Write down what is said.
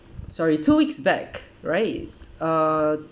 sorry two weeks back right uh